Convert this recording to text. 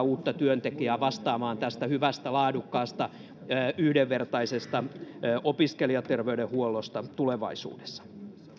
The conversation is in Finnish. uutta työntekijää vastaamaan tästä hyvästä laadukkaasta ja yhdenvertaisesta opiskelijaterveydenhuollosta tulevaisuudessa